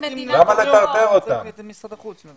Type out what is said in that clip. למה לטרטר אותם ולמה להעמיס על משרד החוץ?